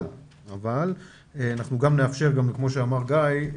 אבל אנחנו גם נאפשר כמו שאמר גיא,